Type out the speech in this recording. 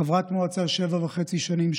חברת מועצה שבע וחצי שנים,